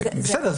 בסדר.